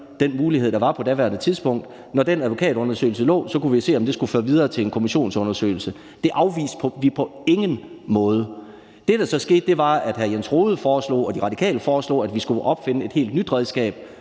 den mulighed, der var på daværende tidspunkt. Når den advokatundersøgelse forelå, kunne vi se, om det skulle føre videre til en kommissionsundersøgelse. Det afviste vi på ingen måde. Det, der så skete, var, at hr. Jens Rohde foreslog og De Radikale foreslog, at vi skulle opfinde et helt nyt redskab,